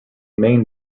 main